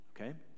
Okay